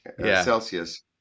Celsius